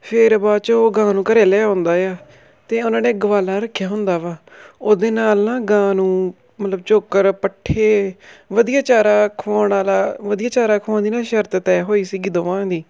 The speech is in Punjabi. ਫਿਰ ਬਾਅਦ ਚੋਂ ਉਹ ਗਾਂ ਨੂੰ ਘਰ ਲਿਆਉਂਦਾ ਆ ਅਤੇ ਉਹਨਾਂ ਨੇ ਗਵਾਲਾ ਰੱਖਿਆ ਹੁੰਦਾ ਵਾ ਉਹਦੇ ਨਾਲ ਨਾ ਗਾਂ ਨੂੰ ਮਤਲਬ ਚੋਕਰ ਪੱਠੇ ਵਧੀਆ ਚਾਰਾ ਖਵਾਉਣ ਵਾਲਾ ਵਧੀਆ ਚਾਰਾ ਖਵਾਉਣ ਦੀ ਨਾ ਸ਼ਰਤ ਤੈਅ ਹੋਈ ਸੀਗੀ ਦੋਵਾਂ ਦੀ